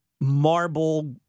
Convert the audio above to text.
marble